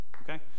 okay